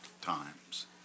times